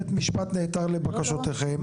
בית המשפט נעתר לבקשותיכם,